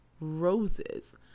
roses